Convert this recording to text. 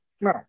No